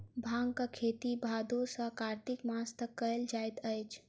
भांगक खेती भादो सॅ कार्तिक मास तक कयल जाइत अछि